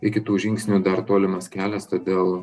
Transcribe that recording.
iki tų žingsnių dar tolimas kelias todėl